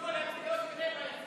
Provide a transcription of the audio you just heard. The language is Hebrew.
למרות כל התפילות שלכם,